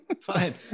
fine